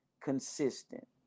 consistent